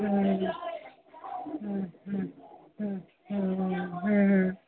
ହୁଁ ହୁଁ ହୁଁ ହୁଁ ହୁଁଁ ହୁଁ ହୁଁ